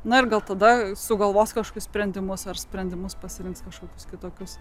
na ir gal tada sugalvos kažkokius sprendimus ar sprendimus pasirinks kažkokius kitokius